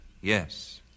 yes